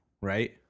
right